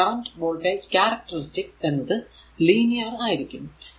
പിന്നെ current voltage characteristics എന്നത് linear ആയിരിക്കും